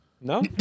No